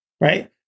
right